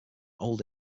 old